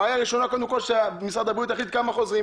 בעיה ראשונה קודם כל שמשרד הבריאות יחליט כמה חוזרים.